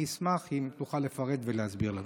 אני אשמח אם תוכל לפרט ולהסביר לנו.